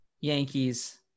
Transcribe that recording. Yankees